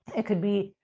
it could be,